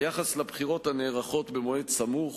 היחס לבחירות הנערכות במועד סמוך,